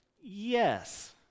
Yes